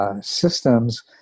systems